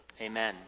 amen